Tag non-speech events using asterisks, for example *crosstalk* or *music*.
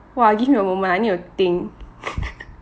!wah! give me a moment I need to think *laughs*